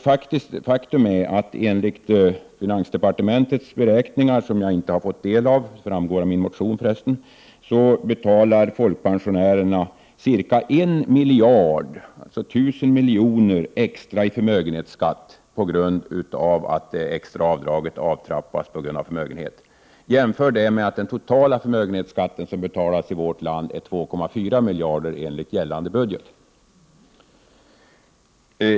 Faktum är att enligt finansdepartementets beräkningar — som jag inte har fått ta del av, vilket för resten framgår av min motion — betalar folkpensionärerna ca 1 miljard kronor extra i förmögenhetsskatt på grund av att det extra avdraget avtrappas beroende på förmögenheten. Jämför detta med att den totala förmögenhetsskatt som betalas i vårt land enligt gällande budget uppgår till 2,4 miljarder kronor.